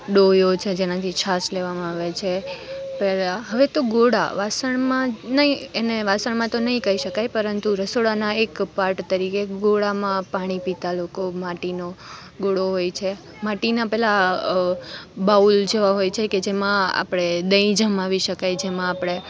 ડોયો છે જેનાથી છાસ લેવામાં આવે છે પેલા હવે તો ગોળા વાસણમાં નહીં એને વાસણમાં તો નહીં કહી શકાય પરંતુ રસોડાનાં એક પાર્ટ તરીકે એક ગોળામાં પાણી પીતાં લોકો માટીનો ગોળો હોય છે માટીના પેલા બાઉલ જેવાં હોય છે કે જેમાં આપણે દહીં જમાવી શકાય જેમાં આપણે